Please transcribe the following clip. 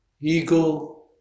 Ego